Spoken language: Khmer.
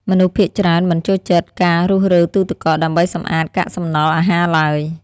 មនុស្សភាគច្រើនមិនចូលចិត្តការរុះរើទូទឹកកកដើម្បីសម្អាតកាកសំណល់អាហារឡើយ។